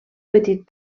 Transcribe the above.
petit